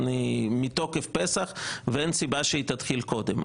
היא מתוקף פסח ואין סיבה שהיא תתחיל קודם.